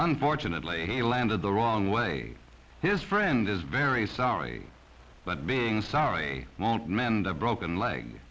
unfortunately he landed the wrong way his friend is very sorry but being sorry won't mend a broken leg